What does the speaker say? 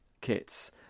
kits